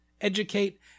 educate